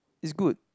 it's good